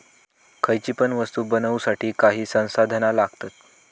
खयची पण वस्तु बनवुसाठी काही संसाधना लागतत